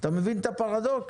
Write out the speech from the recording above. אתה מבין את הפרדוקס?